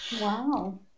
Wow